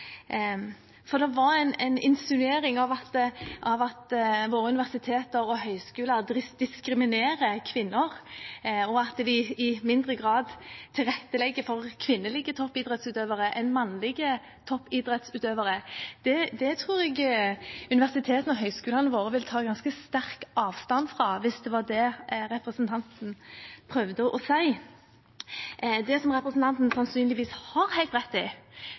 uimotsagt. Det var en insinuasjon om at våre universiteter og høyskoler diskriminerer kvinner, og at de i mindre grad tilrettelegger for kvinnelige toppidrettsutøvere enn mannlige toppidrettsutøvere. Det tror jeg universitetene og høyskolene våre vil ta ganske sterk avstand fra, hvis det var det representanten prøvde å si. Det som representanten sannsynligvis har helt rett i,